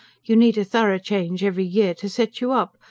you need a thorough change every year to set you up.